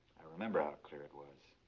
i remember how clear it was.